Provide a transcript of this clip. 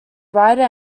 writer